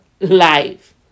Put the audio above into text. life